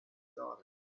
daughter